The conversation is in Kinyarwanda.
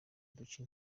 duce